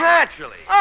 Naturally